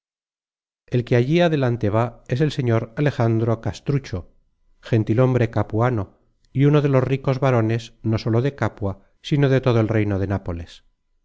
el que allí adelante va es el señor alejandro castrucho gentilhombre capuano y uno de los ricos varones no sólo de capua sino de todo el reino de nápoles